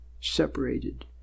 separated